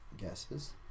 guesses